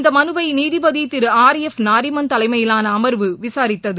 இந்த மனுவை நீதிபதி திரு ஆர் எஃப் நாரிமன் தலைமையிலான அமர்வு விசாரித்தது